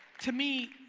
to me,